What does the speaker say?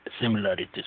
similarities